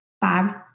five